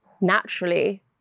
naturally